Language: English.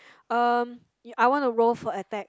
um I want to roll for attack